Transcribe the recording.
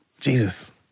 Jesus